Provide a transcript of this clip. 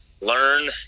learn